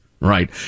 Right